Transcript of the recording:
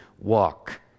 walk